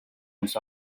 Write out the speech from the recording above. this